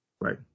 Right